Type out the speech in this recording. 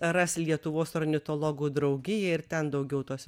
ras lietuvos ornitologų draugiją ir ten daugiau tos